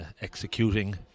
executing